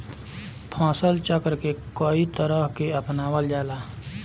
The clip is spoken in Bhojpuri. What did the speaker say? फसल चक्र के कयी तरह के अपनावल जाला?